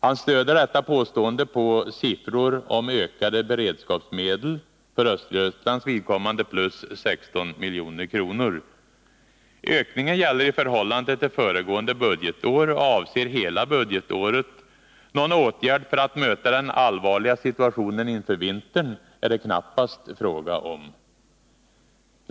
Han stöder detta påstående på siffror om ökade beredskapsmedel, för Östergötlands vidkommande plus 16 milj.kr. i förhållande till föregående budgetår. Ökningen avser hela budgetåret. Någon åtgärd för att möta den allvarliga situationen inför vintern är det knappast fråga om.